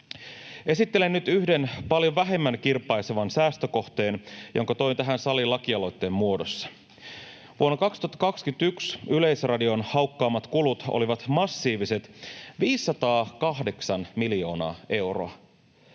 Esittelen nyt yhden, paljon vähemmän kirpaisevan säästökohteen, jonka toin tähän saliin lakialoitteen muodossa. Vuonna 2021 Yleisradion haukkaamat kulut olivat massiiviset 508 miljoonaa euroa.